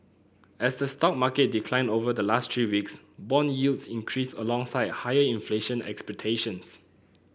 as the stock market declined over the last three weeks bond yields increased alongside higher inflation expectations